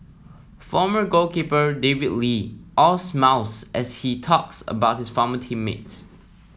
former goalkeeper David Lee all smiles as he talks about his former team mates